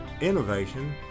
innovation